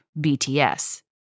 BTS